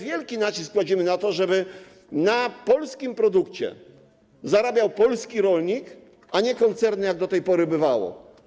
Wielki nacisk kładziemy na to, żeby na polskim produkcie zarabiał polski rolnik, a nie koncerny, jak do tej pory bywało.